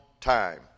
time